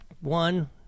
one-